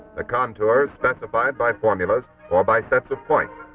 the contours specified by formulas, or by sets of points,